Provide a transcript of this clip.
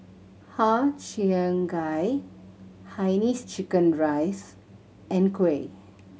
Har Cheong Gai Hainanese chicken rice and kuih